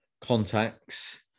contacts